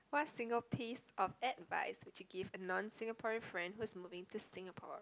what single piece of advice would you give a non Singaporean friend who is moving to Singapore